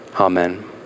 Amen